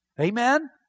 Amen